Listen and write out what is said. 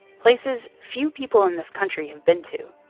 places few people in this country have been to.